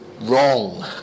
wrong